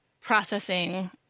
processing